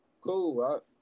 cool